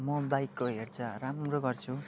म बाइकको हेरचाह राम्रो गर्छु